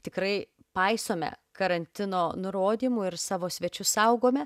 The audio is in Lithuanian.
tikrai paisome karantino nurodymų ir savo svečius saugome